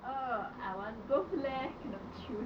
err I want both leh cannot choose